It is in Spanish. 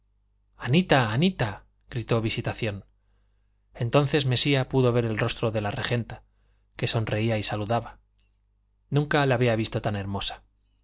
cabeza anita anita gritó visitación entonces mesía pudo ver el rostro de la regenta que sonreía y saludaba nunca la había visto tan hermosa